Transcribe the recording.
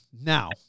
Now